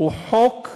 הוא לא